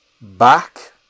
back